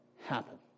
happen